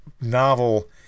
novel